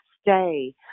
stay